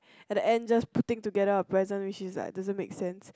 and the end just putting together a present which is like doesn't make sense